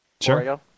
Sure